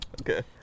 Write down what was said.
Okay